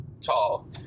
tall